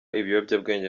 ibiyobyabwenge